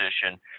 position